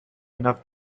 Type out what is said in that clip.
enough